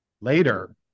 later